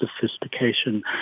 sophistication